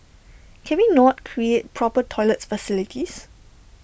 can we not create proper toilet facilities